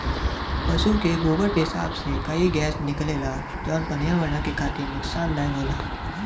पसु के गोबर पेसाब से कई गैस निकलला जौन पर्यावरण के खातिर नुकसानदायक होला